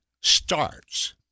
starts